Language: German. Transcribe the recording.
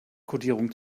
kodierung